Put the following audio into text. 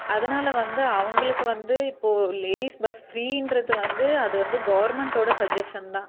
அதனால் வந்து அவங்களுக்கு வந்து இப்போது லேடிஸ் பஸ் ஃப்ரீகிறது வந்து அது வந்து கவர்மெண்ட்டோட சஜஷன் தான்